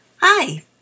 Hi